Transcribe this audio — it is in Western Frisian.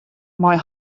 mei